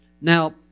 Now